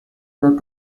edad